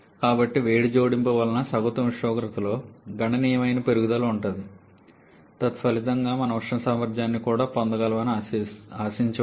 కాబట్టి వేడి అదనంగా అందించడం వలన సగటు ఉష్ణోగ్రతలో గణనీయమైన పెరుగుదల ఉంటుంది తత్ఫలితంగా మనము ఉష్ణ సామర్థ్యాన్ని కూడా పొందగలమని ఆశించవచ్చు